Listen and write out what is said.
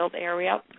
area